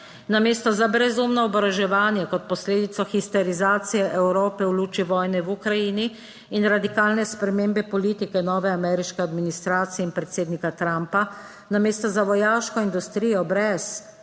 Namesto za brezumno oboroževanje kot posledico histerizacije Evrope v luči vojne v Ukrajini in radikalne spremembe politike nove ameriške administracije in predsednika Trumpa, namesto 16. TRAK: (VP)